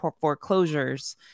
foreclosures